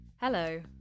Hello